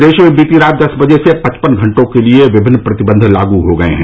प्रदेश में बीती रात दस बजे से पचपन घंटों के लिए विभिन्न प्रतिबंध लागू हो गए हैं